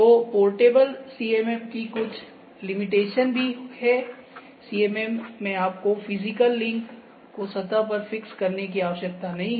तोपोर्टेबल CMM की कुछ limitation भी है CMM में आपको फिजिकल लिंक को सतह पर फिक्स करने की आवश्यकता नहीं है